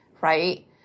right